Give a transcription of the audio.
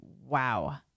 wow